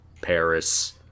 Paris